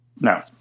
no